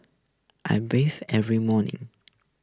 I bathe every morning